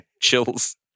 chills